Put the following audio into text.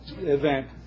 event